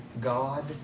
God